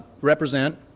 represent